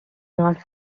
not